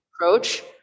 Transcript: approach